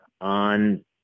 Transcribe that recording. on